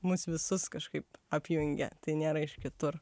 mus visus kažkaip apjungia tai nėra iš kitur